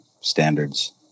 standards